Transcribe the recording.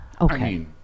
okay